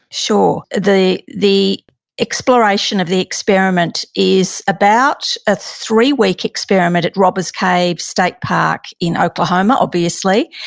sure. the the exploration of the experiment is about a three week experiment at robbers cave state park in oklahoma, obviously.